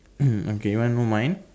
okay want to know mine